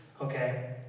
Okay